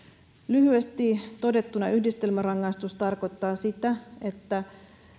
lyhyesti todettuna yhdistelmärangaistus tarkoittaa sitä että